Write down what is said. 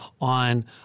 on